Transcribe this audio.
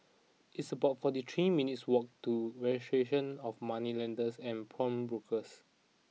it's about forty three minutes' walk to Registration of Moneylenders and Pawnbrokers